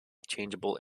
changeable